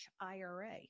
IRA